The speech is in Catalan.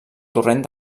torrent